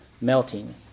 melting